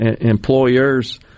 employers –